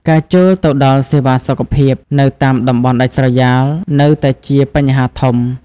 ការចូលទៅដល់សេវាសុខភាព នៅតាមតំបន់ដាច់ស្រយាលនៅតែជាបញ្ហាធំ។